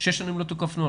שש שנים לא תוקף נוהל.